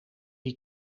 die